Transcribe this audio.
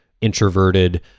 introverted